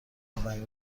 اولین